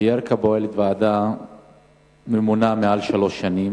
בירכא פועלת ועדה ממונה מעל שלוש שנים,